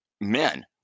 men